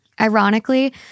Ironically